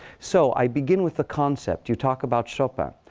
so i begin with a concept. you talk about chopin.